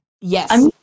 Yes